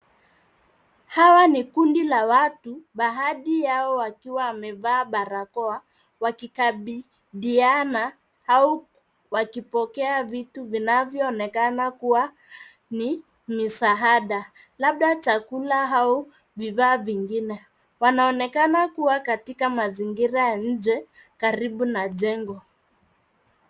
Hawa ni kundi la watu baadhi yao wakiwa wamevaa barakoa wakikabidhiana au wakipokea vitu vinavyoonekana kuwa ni misaada labda chakula au vifaa vingine. Wanaonekana kuwa katika mazingira ya nje karibu na jengo.